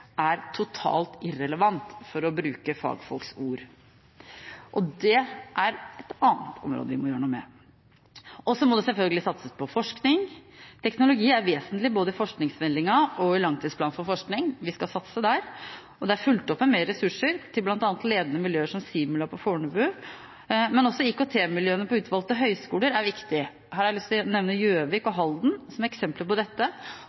er totalt irrelevant, for å bruke fagfolks ord. Det er et annet område vi må gjøre noe med. Så må det selvfølgelig satses på forskning. Teknologi er vesentlig, både i forskningsmeldingen og i langtidsplan for forskning. Vi skal satse der. Og det er fulgt opp med mer ressurser, bl.a. til ledende miljøer som Simula på Fornebu. Men også IKT-miljøene ved utvalgte høyskoler er viktige. Her har jeg lyst til å nevne Gjøvik og Halden som eksempler på dette,